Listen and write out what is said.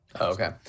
okay